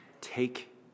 Take